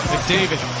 McDavid